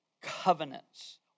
covenants